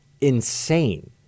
insane